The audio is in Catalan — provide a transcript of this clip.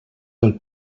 del